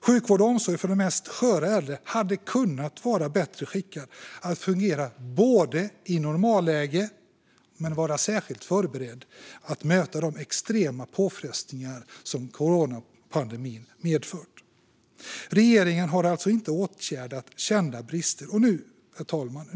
Sjukvård och omsorg för de mest sköra äldre hade kunnat vara bättre skickad att fungera i normalläge men också vara väl förberedd att möta de extrema påfrestningar som coronapandemin medför. Men regeringen har alltså inte åtgärdat kända brister. Herr talman!